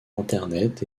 internet